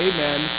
Amen